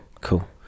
cool